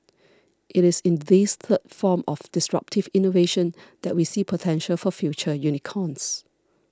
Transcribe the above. it is in this third form of disruptive innovation that we see potential for future unicorns